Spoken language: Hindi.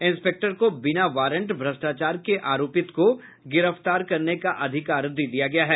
इंस्पेक्टर को बिना वारंट भ्रष्टाचार के आरोपित को गिरफ्तार करने का भी अधिकार दे दिया गया है